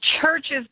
Churches